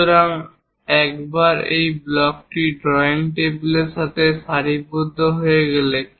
সুতরাং একবার এই ব্লকটি ড্রয়িং টেবিলের সাথে সারিবদ্ধ হয়ে গেলে